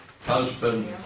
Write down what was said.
husband